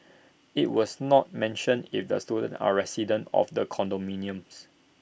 IT was not mentioned if the students are residents of the condominiums